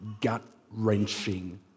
gut-wrenching